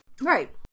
Right